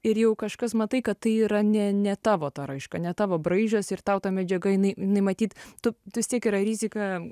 ir jau kažkas matai kad tai yra ne ne tavo ta raiška ne tavo braižas ir tau ta medžiaga jinai jinai matyt tu vis tiek yra rizika